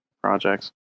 projects